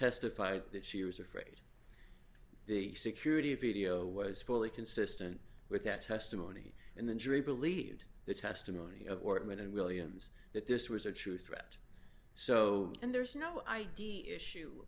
testified that she was afraid the security of video was fully consistent with that testimony and the jury believed the testimony of ortman and williams that this was a true threat so and there's no idea issue